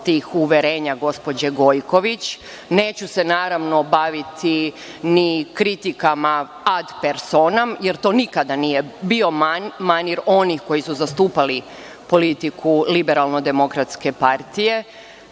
tih uverenja gospođe Gojković. Neću se, naravno, baviti ni kritikama ad personam, jer to nikada nije bio manir onih koji su zastupali politiku LDP-a. Htela bih da kažem